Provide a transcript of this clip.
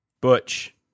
Butch